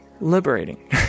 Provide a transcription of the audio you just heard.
liberating